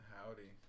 Howdy